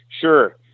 Sure